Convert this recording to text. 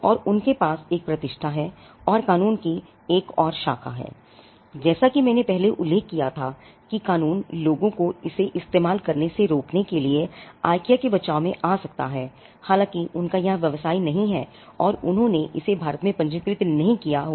और उनके पास एक प्रतिष्ठा है और कानून की एक और शाखा है जैसा कि मैंने पहले उल्लेख किया था कि कानून लोगों को इसे इस्तेमाल करने से रोकने के लिए IKEA के बचाव में आ सकता है हालांकि उनका यहां व्यवसाय नहीं है और उन्होंने इसे भारत में पंजीकृत नहीं किया हो